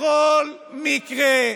בכל מקרה,